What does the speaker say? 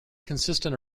consistent